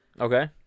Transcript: okay